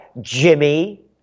Jimmy